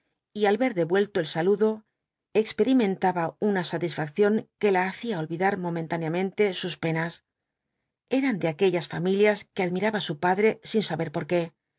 y al ver devuelto el saludo experimentaba una satisfacción que la hacía olvidar momentáneamente sus penas eran de aquellas familias que admiraba su padre sin saber por qué